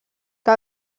que